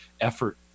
effort